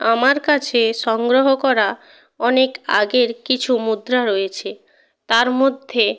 আমার কাছে সংগ্রহ করা অনেক আগের কিছু মুদ্রা রয়েছে তার মধ্যে